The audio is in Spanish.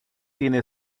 tiene